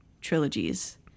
trilogies